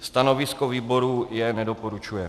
Stanovisko výboru je nedoporučuje.